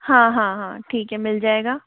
हाँ हाँ हाँ ठीक है मिल जाएगा